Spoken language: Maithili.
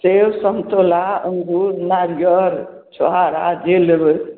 सेब सन्तोला अङ्गूर नारिअर छोहारा जे लेबै